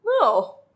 No